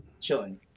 chilling